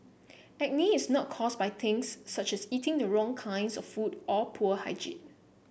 acne is not caused by things such as eating the wrong kinds of food or poor hygiene